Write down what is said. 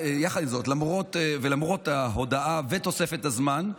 למרות ההודעה ותוספת הזמן,